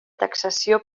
taxació